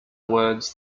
words